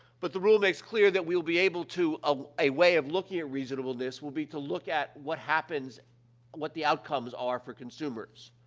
but the rule makes clear that we'll be able to a a way of looking at reasonableness will be to look at what happens what the outcomes are for consumers,